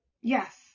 Yes